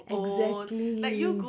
exactly